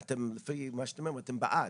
לפי מה שאתה אומר, אתם בעד,